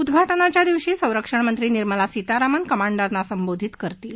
उद्घाटनाच्या दिवशी संरक्षणमंत्री निर्मला सीतारामन कमांडरना संबोधित करतील